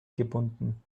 gebunden